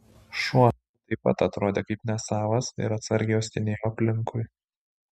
šuo taip pat atrodė kaip nesavas ir atsargiai uostinėjo aplinkui